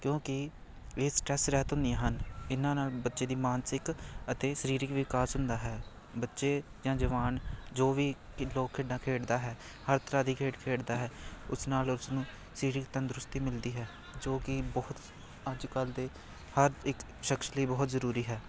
ਕਿਉਂਕਿ ਇਹ ਸਟਰੈੱਸ ਰਹਿਤ ਹੁੰਦੀਆਂ ਹਨ ਇਹਨਾਂ ਨਾਲ ਬੱਚੇ ਦੀ ਮਾਨਸਿਕ ਅਤੇ ਸਰੀਰਕ ਵਿਕਾਸ ਹੁੰਦਾ ਹੈ ਬੱਚੇ ਜਾਂ ਜਵਾਨ ਜੋ ਵੀ ਲੋਕ ਖੇਡਾਂ ਖੇਡਦਾ ਹੈ ਹਰ ਤਰ੍ਹਾਂ ਦੀ ਖੇਡ ਖੇਡਦਾ ਹੈ ਉਸ ਨਾਲ ਉਸ ਨੂੰ ਸਰੀਰਿਕ ਤੰਦਰੁਸਤੀ ਮਿਲਦੀ ਹੈ ਜੋ ਕਿ ਬਹੁਤ ਅੱਜ ਕੱਲ੍ਹ ਦੇ ਹਰ ਇੱਕ ਸ਼ਖਸ ਲਈ ਬਹੁਤ ਜ਼ਰੂਰੀ ਹੈ